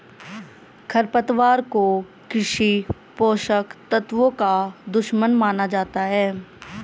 खरपतवार को कृषि पोषक तत्वों का दुश्मन माना जाता है